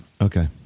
Okay